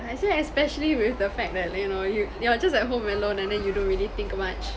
I feel especially with the fact that you know you you're just at home alone and then you don't really think much